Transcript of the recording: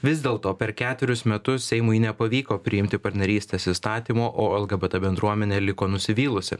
vis dėl to per ketverius metus seimui nepavyko priimti partnerystės įstatymo o lgbt bendruomenė liko nusivylusi